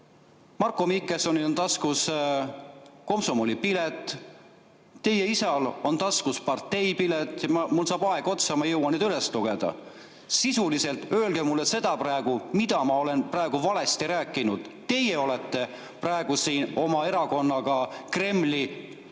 Marko Mihkelsonil on taskus komsomolipilet. Teie isal on taskus parteipilet. Mul saab aeg otsa, ma ei jõua neid üles lugeda. Sisuliselt, öelge mulle, mida ma olen praegu valesti rääkinud. Teie olete siin oma erakonnaga Kremli